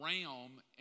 realm